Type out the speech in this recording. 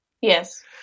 Yes